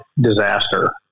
disaster